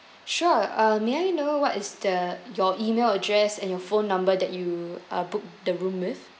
sure uh may I know what is the your email address and your phone number that you uh booked the room with